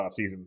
offseason